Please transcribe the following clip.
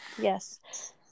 Yes